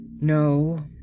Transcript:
No